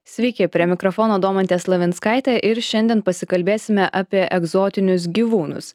sveiki prie mikrofono domantė slavinskaitė ir šiandien pasikalbėsime apie egzotinius gyvūnus